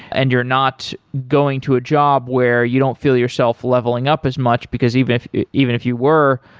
and you're not going to a job where you don't feel yourself leveling up as much, because even if even if you were,